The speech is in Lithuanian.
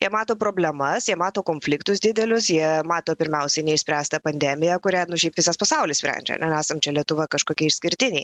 jie mato problemas jie mato konfliktus didelius jie mato pirmiausiai neišspręstą pandemiją kurią šiaip visas pasaulis sprendžia nesam čia lietuva kažkokie išskirtiniai